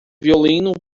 violino